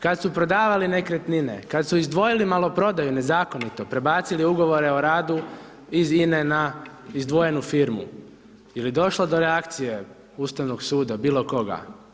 Kad su prodavali nekretnine, kad su izdvojili maloprodaju nezakonito, prebacili ugovore o radu iz INA-e na izdvojenu firmu, je li došlo do reakcije Ustavnog suda, bilo koga?